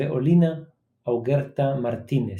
ואולינה אוגרטה מרטינז,